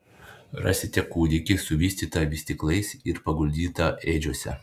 rasite kūdikį suvystytą vystyklais ir paguldytą ėdžiose